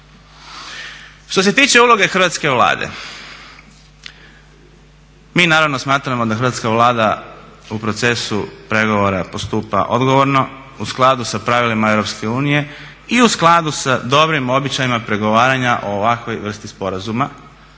Što se tiče uloge Hrvatske Vlade, mi naravno smatramo da Hrvatska Vlada u procesu pregovora postupa odgovorno, u skladu s pravilima Europske unije i u skladu s dobrim običajima pregovaranja o ovakvoj vrsti sporazuma.